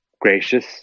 gracious